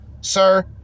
Sir